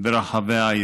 ברחבי העיר.